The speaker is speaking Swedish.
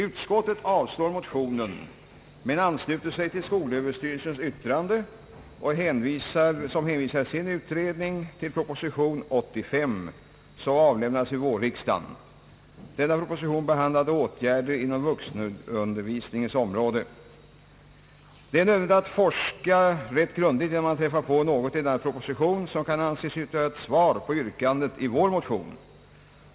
Utskottet avslår motionen men ansluter sig till skolöverstyrelsens yttrande och hänvisar i sin motivering till proposition nr 85 som avlämnades vid vårriksdagen. Denna proposition behandlade åtgärder inom vuxenundervisningens område. Det är nödvändigt att forska rätt grundligt, innan man finner något i denna proposition som kan anses utgöra ett svar på yrkandet i vår motion.